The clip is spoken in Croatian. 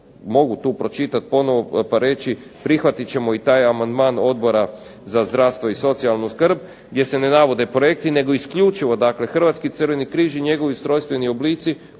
Hrvatski crveni križ i njegovi ustrojstveni oblici